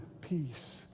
peace